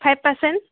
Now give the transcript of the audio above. five percent